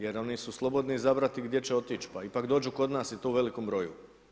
Jer oni su slobodni izabrati gdje će otići, pa ipak dođu kod nas i to u velikom broju.